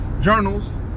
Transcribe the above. journals